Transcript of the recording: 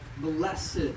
blessed